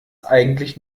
eigentlich